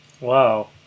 wow